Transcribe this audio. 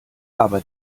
aber